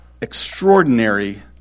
extraordinary